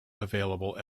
available